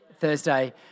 Thursday